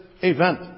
event